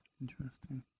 Interesting